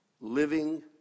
living